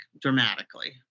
dramatically